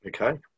Okay